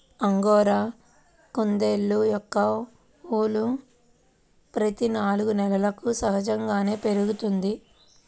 angora కుందేళ్ళ యొక్క ఊలు ప్రతి నాలుగు నెలలకు సహజంగానే పెరుగుతుంది